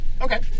Okay